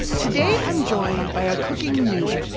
today, i'm joined by a cooking newbie,